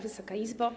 Wysoka Izbo!